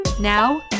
Now